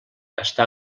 està